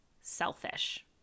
selfish